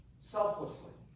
selflessly